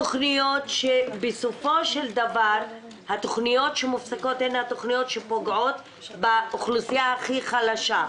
בסופו של דבר התוכניות הללו שמופסקות פוגעות באוכלוסייה הכי חלשה.